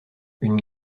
une